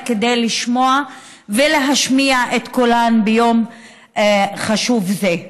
כדי לשמוע ולהשמיע את קולן ביום חשוב זה.